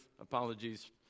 apologies